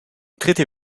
dritte